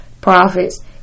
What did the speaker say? prophets